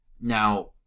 Now